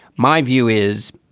my view is,